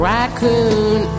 Raccoon